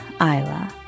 Isla